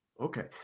Okay